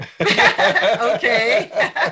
Okay